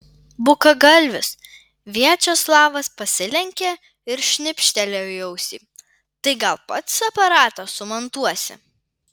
bukagalvis viačeslavas pasilenkė ir šnipštelėjo į ausį tai gal pats aparatą sumontuosi